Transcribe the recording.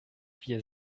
wir